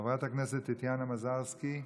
חברת הכנסת טטיאנה מזרסקי,